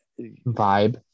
Vibe